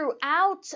throughout